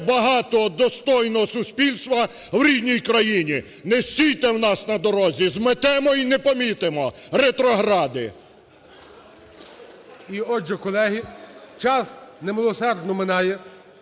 багатого достойного суспільства в рідній країні. Не стійте в нас на дорозі, зметемо і не помітимо, ретрогради! ГОЛОВУЮЧИЙ. І отже, колеги, час немилосердно минає.